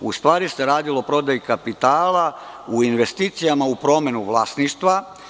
U stvari se radilo o prodaji kapitala u investicijama u promenu vlasništva.